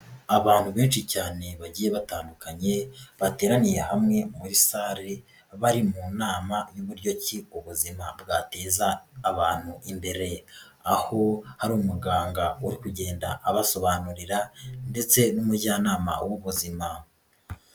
Abantu benshi cyane bagiye batandukanye, bateraniye hamwe muri sare, bari mu nama y' uburyo ki ubuzima bwateza abantu imbere, aho hari umuganga uri kugenda abasobanurira ndetse n'umujyanama w'ubuzima.